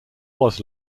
was